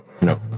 No